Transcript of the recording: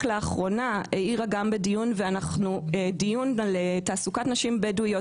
לאחרונה העירה גם בדיון על תעסוקת נשים בדואיות